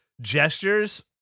gestures